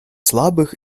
слабых